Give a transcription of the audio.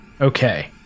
Okay